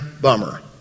bummer